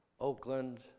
Oakland